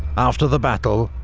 after the battle,